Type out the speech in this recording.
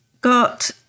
got